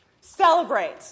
Celebrate